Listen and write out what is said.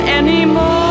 anymore